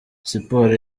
siporo